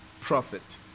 profit